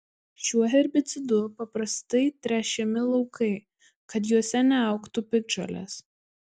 šiuo herbicidu paprastai tręšiami laukai kad juose neaugtų piktžolės